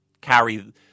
carry